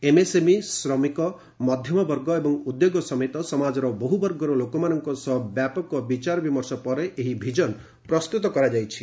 MSME ଶ୍ରମିକ ମଧ୍ୟମବର୍ଗ ଏବଂ ଉଦ୍ୟୋଗ ସମେତ ସମାଜର ବହୁବର୍ଗର ଲୋକମାନଙ୍କ ସହ ବ୍ୟାପକ ବିଚାର ବିମର୍ଷ ପରେ ଏହି ଭିଜନ ପ୍ରସ୍ତୁତ କରାଯାଇଛି